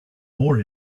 more